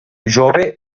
jove